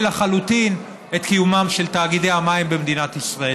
לחלוטין את קיומם של תאגידי המים במדינת ישראל.